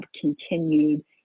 continued